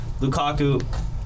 Lukaku